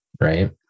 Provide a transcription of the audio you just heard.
right